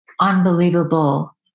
unbelievable